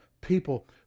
people